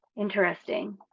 interesting